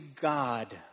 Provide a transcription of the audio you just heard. God